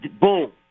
Boom